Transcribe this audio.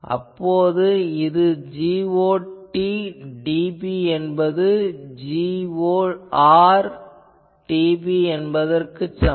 அப்போது இது Got dB என்பது Gor dB என்பதற்குச் சமம்